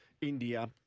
India